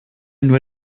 nur